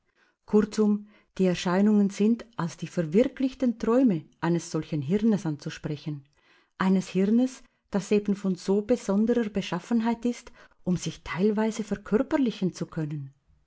kurzum die erscheinungen sind als die verwirklichten träume eines solchen hirnes anzusprechen eines hirnes das eben von so besonderer beschaffenheit ist um sich teilweise verkörperlichen zu können